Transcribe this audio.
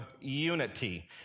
unity